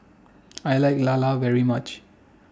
I like Lala very much